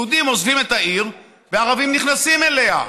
יהודים עוזבים את העיר וערבים נכנסים אליה,